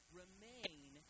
remain